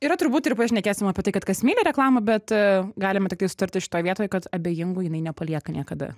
yra turbūt ir pašnekėsim apie tai kad kas myli reklama bet galima tiktai sutartis šitoj vietoj kad abejingų jinai nepalieka niekada